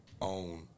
Own